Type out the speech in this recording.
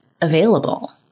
available